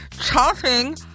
Chopping